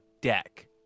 deck